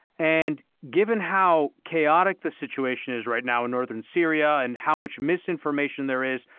and given how chaotic the situation is right now in northern syria and how much misinformation there is,